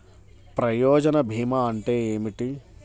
ప్రయోజన భీమా అంటే ఏమిటి?